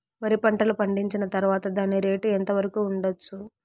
వరి పంటలు పండించిన తర్వాత దాని రేటు ఎంత వరకు ఉండచ్చు